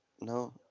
no